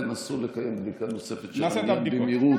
נסו לקיים בדיקה נוספת של העניין במהירות.